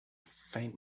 faint